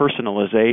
personalization